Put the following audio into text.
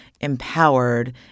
empowered